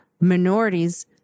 minorities